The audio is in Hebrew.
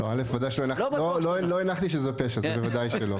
א' וודאי שלא הנחתי שזה פשע, זה בוודאי שלא.